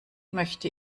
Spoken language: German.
möchte